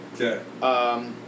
Okay